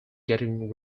getting